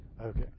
Okay